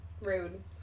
Rude